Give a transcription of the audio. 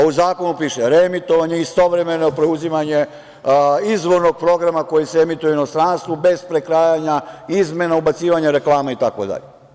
U zakonu piše - reemitovanje je istovremeno preuzimanje izvornog programa koji se emituje u inostranstvu bez prekrajanja, izmena i ubacivanja reklama itd.